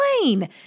plane